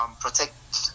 protect